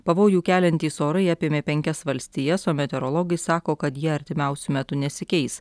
pavojų keliantys orai apėmė penkias valstijas o meteorologai sako kad jie artimiausiu metu nesikeis